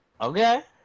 Okay